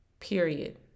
Period